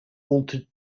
altered